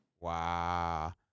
Wow